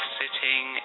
sitting